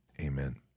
amen